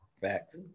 Facts